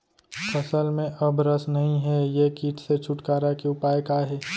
फसल में अब रस नही हे ये किट से छुटकारा के उपाय का हे?